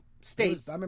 states